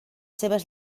seves